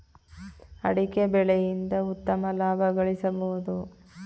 ಅಡಿಕೆ ಬೆಳೆಯಿಂದ ಉತ್ತಮ ಲಾಭ ಗಳಿಸಬೋದು